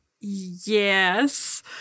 Yes